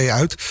uit